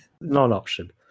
Non-option